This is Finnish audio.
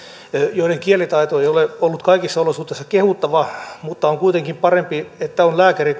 joiden kielitaito ei ole ollut kaikissa olosuhteissa kehuttava mutta on kuitenkin parempi että on lääkäri